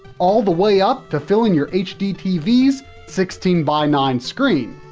all the way up to filling your hdtv's sixteen by nine screen.